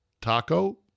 taco